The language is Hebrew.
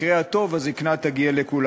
בבקשה, עומדות לרשותך עשר דקות.